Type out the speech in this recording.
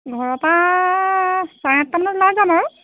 ঘৰৰ পৰা চাৰে আঠটামানত ওলাই যাম আৰু